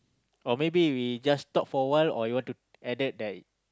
or maybe we just stop for a while or you want to added that